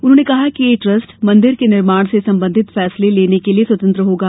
उन्होंने कहा कि यह ट्रस्ट मंदिर के निर्माण से संबंधित फैसले लेने के लिए स्वतंत्र होगा